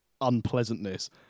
unpleasantness